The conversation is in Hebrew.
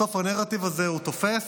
בסוף הנרטיב הזה תופס,